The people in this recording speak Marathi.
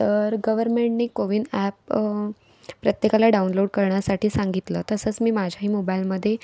तर गव्हर्मेन्टने कोविन ॲप प्रत्येकाला डाऊनलोड करण्यासाठी सांगितलं तसंच मी माझ्याही मोबाईलमध्ये